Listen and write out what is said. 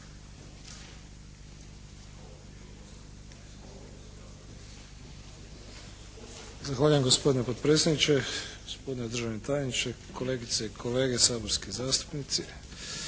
Zahvaljujem gospodine potpredsjedniče. Gospodine državni tajniče, kolegice i kolege saborski zastupnici.